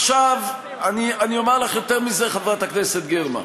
אני אומר לך יותר מזה, חברת הכנסת גרמן,